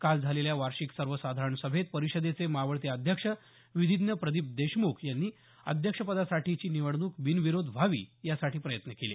काल झालेल्या वार्षिक सर्वसाधारण सभेत परिषदेचे मावळते अध्यक्ष विधीज्ञ प्रदीप देशमुख यांनी अध्यक्षपदासाठीची निवडणूक बिनविरोध व्हावी यासाठी प्रयत्न केले